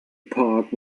park